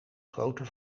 grote